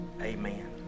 Amen